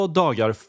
dagar